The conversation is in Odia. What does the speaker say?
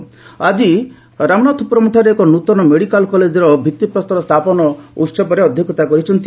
ସେ ଆଜି ରାମନାଥପ୍ରରମ୍ ଠାରେ ଏକ ନ୍ତନ ମେଡିକାଲ କଲେକର ଭିଉିପ୍ରସ୍ତର ସ୍ଥାପନ ଉତ୍ଧବରେ ଅଧ୍ୟକ୍ଷତା କରିଛନ୍ତି